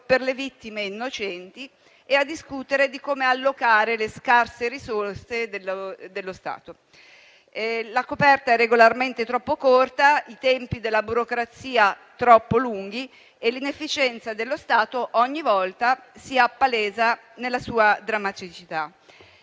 per le vittime innocenti, nonché a discutere di come allocare le scarse risorse dello Stato. La coperta è regolarmente troppo corta, i tempi della burocrazia troppo lunghi, e l'inefficienza dello Stato ogni volta si appalesa nella sua drammaticità.